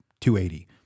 280